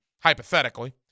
hypothetically